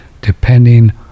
depending